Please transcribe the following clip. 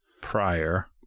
prior